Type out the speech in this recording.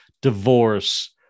Divorce